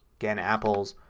again apples,